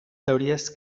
teories